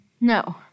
No